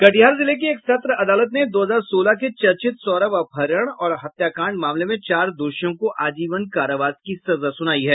कटिहार जिले की एक सत्र अदालत ने दो हजार सोलह के चर्चित सौरव अपहरण और हत्याकांड मामले में चार दोषियों को आजीवन कारावास की सजा सुनाई है